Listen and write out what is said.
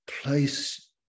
place